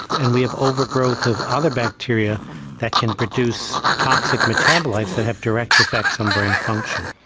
and we have overgrowth of other bacteria that can produce toxic metabolites that have direct effects on brain function.